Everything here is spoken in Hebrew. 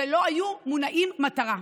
שלא היו מונעי מטרה.